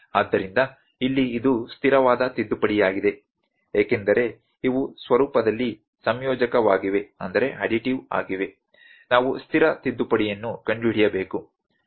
ಆದ್ದರಿಂದ ಇಲ್ಲಿ ಇದು ಸ್ಥಿರವಾದ ತಿದ್ದುಪಡಿಯಾಗಿದೆ ಏಕೆಂದರೆ ಇವು ಸ್ವರೂಪದಲ್ಲಿ ಸಂಯೋಜಕವಾಗಿವೆ ನಾವು ಸ್ಥಿರ ತಿದ್ದುಪಡಿಯನ್ನು ಕಂಡುಹಿಡಿಯಬೇಕು